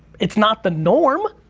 it's not the norm.